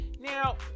Now